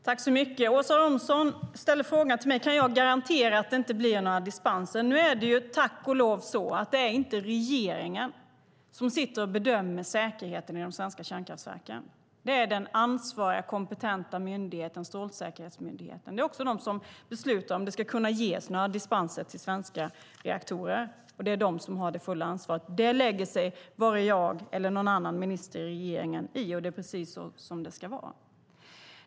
Herr talman! Åsa Romson frågar om jag kan garantera att det inte blir några dispenser. Nu är det, tack och lov, inte regeringen som sitter och bedömer säkerheten i de svenska kärnkraftverken. Det är den ansvariga, kompetenta myndigheten Strålsäkerhetsmyndigheten. De beslutar också om det ska ges några dispenser till svenska reaktorer. De har det fulla ansvaret. Det lägger sig varken jag eller någon annan minister i regeringen i, och det är precis så det ska vara.